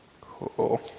cool